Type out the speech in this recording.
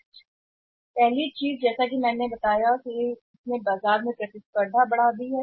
प्रथम बात यह है कि जैसा कि मैंने आपको बताया कि इसने बाजार में प्रतिस्पर्धा बढ़ा दी है